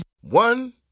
One